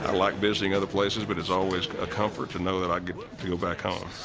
ah like visiting other places but it's always a comfort to know that i get to go back home.